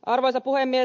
arvoisa puhemies